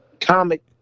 Comic